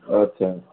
আচ্ছা